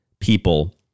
people